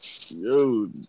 Yo